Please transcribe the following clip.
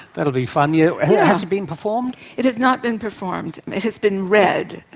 that'll be fun. you know yeah has it been performed? it has not been performed. it has been read,